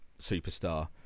Superstar